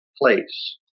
place